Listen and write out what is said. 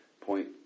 Point